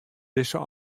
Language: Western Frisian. dizze